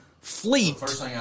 fleet